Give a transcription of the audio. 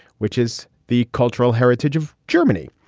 which is the cultural heritage of germany.